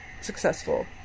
successful